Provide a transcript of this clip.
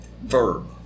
Verb